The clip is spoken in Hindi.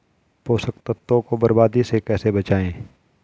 पोषक तत्वों को बर्बादी से कैसे बचाएं?